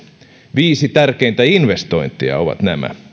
viisi tärkeintä investointia ovat nämä